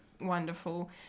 wonderful